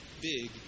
Big